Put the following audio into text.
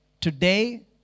Today